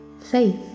faith